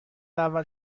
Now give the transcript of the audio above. اول